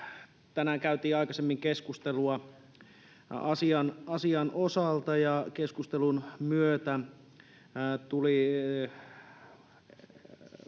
Tänään käytiin aikaisemmin keskustelua asian osalta, ja keskustelussa tuli